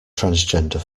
transgender